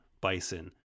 Bison